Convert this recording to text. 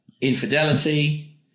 infidelity